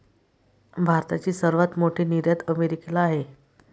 भारताची सर्वात मोठी निर्यात अमेरिकेला आहे